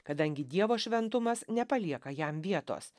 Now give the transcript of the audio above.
kadangi dievo šventumas nepalieka jam vietos